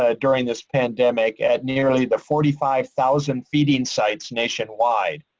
ah during this pandemic at nearly the forty five thousand feeding sites nationwide.